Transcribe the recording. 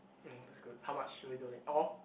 oh that's good how much will you donate all